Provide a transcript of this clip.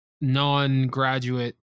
non-graduate